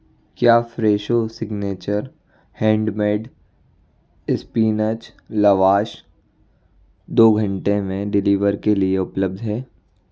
क्या Fresho signature handmade spinach lavash दो घंटे में डिलीवर के लिए उपलब्ध है